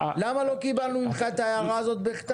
למה לא קיבלנו ממך את ההערה הזאת בכתב?